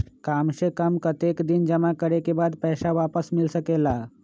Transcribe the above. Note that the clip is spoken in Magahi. काम से कम कतेक दिन जमा करें के बाद पैसा वापस मिल सकेला?